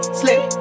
slip